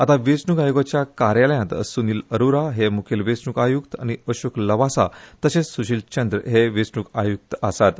आतां वेंचणूक आयोगाच्या कार्यालयांत सुनिल अरोरा हे मुखेल वेंचणूक आयुक्त आनी अशोक लवासा तशेंच सुशील चंद्र हे वेंचणूक आयुक्त आसात